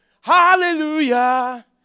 hallelujah